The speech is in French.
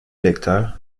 lecteur